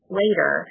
later